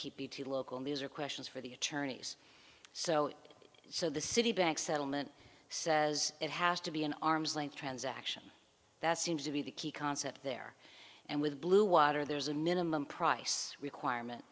beattie local news or questions for the attorneys so so the citibank settlement says it has to be an arm's length transaction that seems to be the key concept there and with blue water there's a minimum price requirement